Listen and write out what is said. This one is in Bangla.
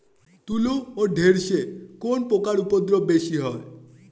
তুলো ও ঢেঁড়সে কোন পোকার উপদ্রব বেশি হয়?